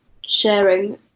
sharing